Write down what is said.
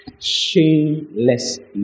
shamelessly